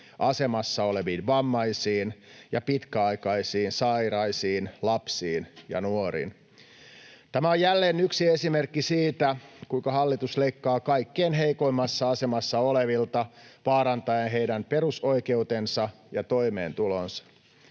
asemassa oleviin vammaisiin ja pitkäaikaissairaisiin lapsiin ja nuoriin. Tämä on jälleen yksi esimerkki siitä, kuinka hallitus leikkaa kaikkein heikoimmassa asemassa olevilta vaarantaen heidän perusoikeutensa ja toimeentulonsa.